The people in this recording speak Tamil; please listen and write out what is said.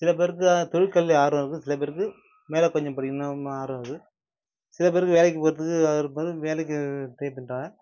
சில பேருக்கு தொழிற்கல்வி ஆர்வம் இருக்குது சில பேருக்கு மேலே கொஞ்சம் படிக்கணும்னு ஆர்வம் இருக்குது சில பேருக்கு வேலைக்கு போகிறத்துக்கு விருப்பம் இருக்குது வேலைக்கு ட்ரை பண்ணுறாங்க